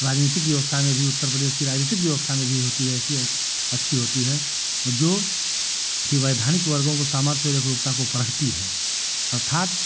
राजनीतिक व्यवस्था में भी उत्तरप्रदेश की राजनीतिक व्यवस्था में भी होती है ऐसी अच्छी होती है जो कि वैधानिक वर्गों को सामर्थ एकरूपता को परखती है अर्थात